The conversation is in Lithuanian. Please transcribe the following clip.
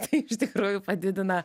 tai iš tikrųjų padidina